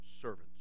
servants